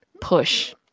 push